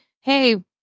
hey